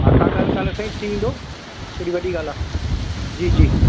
हा तव्हां ॻाल्हि कल्ह ताईं थी विंदो कहिड़ी वॾी ॻाल्हि आहे जी जी